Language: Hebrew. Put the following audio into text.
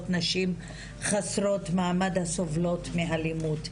נשים חסרות מעמד הסובלות מאלימות,